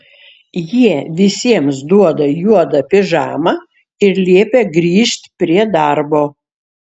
jie visiems duoda juodą pižamą ir liepia grįžt prie darbo